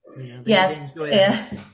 Yes